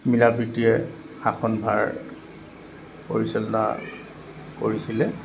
মিলা প্ৰীতিৰে শাসনভাৰ পৰিচালনা কৰিছিলে